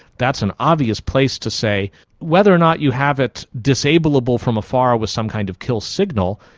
that's an obvious place to say whether or not you have it disableable from afar with some kind of kill signal,